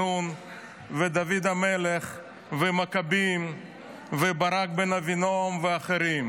נון ודוד המלך והמכבים וברק בן אבינועם ואחרים,